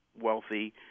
wealthy